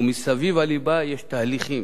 ומסביב הליבה יש תהליכים.